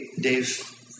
Dave